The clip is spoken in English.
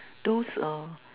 those uh